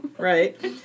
right